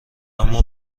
اما